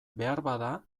beharbada